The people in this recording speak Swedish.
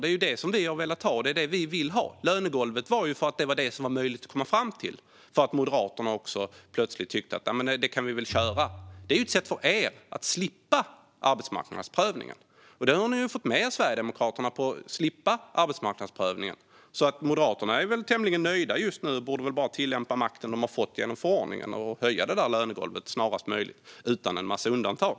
Det är det som vi har velat ha, och det är vad vi fortfarande vill ha. Lönegolvet var det som var möjligt att komma fram till för att Moderaterna plötsligt tyckte att det kan vi väl köra på. Det är ju ett sätt för er att slippa arbetsmarknadsprövningen, Jessica Rosencrantz. Ni har även fått med Sverigedemokraterna på att slippa arbetsmarknadsprövningen. Så Moderaterna är väl tämligen nöjda just nu och borde väl bara tillämpa makten de har fått genom förordningen och höja det där lönegolvet snarast möjligt utan en massa undantag.